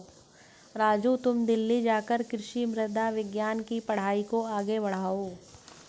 राजू तुम दिल्ली जाकर कृषि मृदा विज्ञान के पढ़ाई को आगे बढ़ाओ